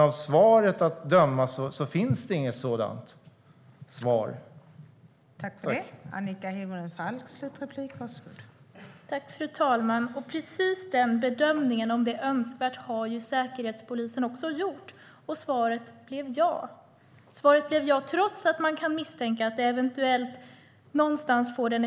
Av svaret att döma finns det inget sådant svar.